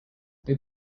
they